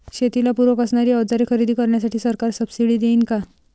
शेतीला पूरक असणारी अवजारे खरेदी करण्यासाठी सरकार सब्सिडी देईन का?